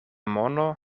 mono